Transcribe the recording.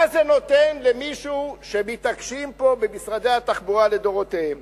מה זה נותן למישהו שמתעקשים פה במשרדי התחבורה לדורותיהם?